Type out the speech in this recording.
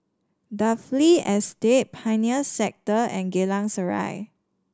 Dalvey Estate Pioneer Sector and Geylang Serai